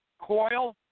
coil